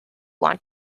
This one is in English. want